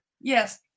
Yes